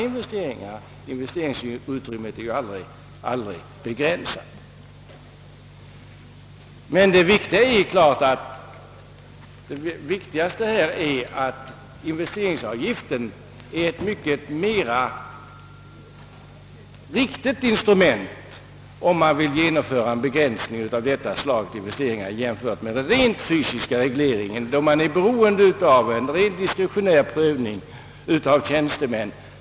Men investeringsutrymmet är aldrig obegränsat, och det viktiga är naturligtvis att investeringsavgiften är ett riktigare instrument för att begränsa en del slags investeringar än den rent fysiska regleringen, d. v. s. en diskretionär prövning som utföres av tjänstemän.